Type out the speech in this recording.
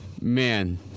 man